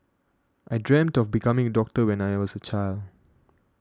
I dreamt of becoming a doctor when I was a child